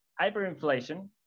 hyperinflation